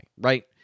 right